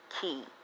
key